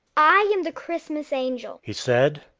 i am the christmas angel, he said.